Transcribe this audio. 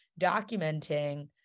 documenting